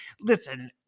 Listen